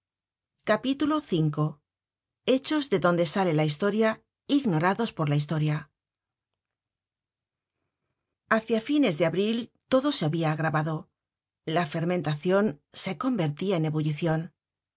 generated at hechos de donde sale la historia ignorados por la historia hacia fines de abril todo se habia agravado la fermentacion se convertía en ebullicion